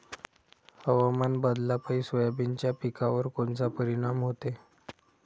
हवामान बदलापायी सोयाबीनच्या पिकावर कोनचा परिणाम होते?